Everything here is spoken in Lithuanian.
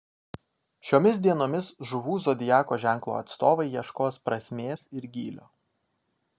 šiomis dienomis žuvų zodiako ženklo atstovai ieškos prasmės ir gylio